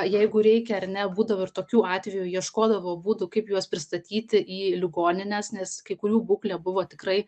jeigu reikia ar ne būdavo ir tokių atvejų ieškodavo būdų kaip juos pristatyti į ligonines nes kai kurių būklė buvo tikrai